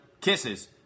Kisses